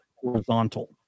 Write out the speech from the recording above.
horizontal